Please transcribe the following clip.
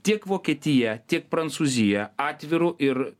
tiek vokietija tiek prancūzija atviru ir